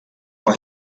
for